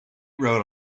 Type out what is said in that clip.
wrote